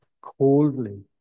coldly